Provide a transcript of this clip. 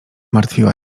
martwiła